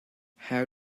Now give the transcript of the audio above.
how